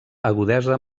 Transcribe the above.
agudesa